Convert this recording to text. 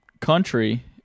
country